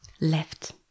left